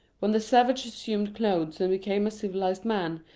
when the savage assumed clothes and became a civilised man,